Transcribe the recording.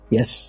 Yes